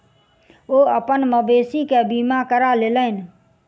ओ अपन मवेशी के बीमा करा लेलैन